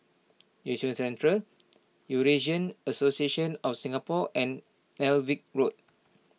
Yishun Central Eurasian Association of Singapore and Alnwick Road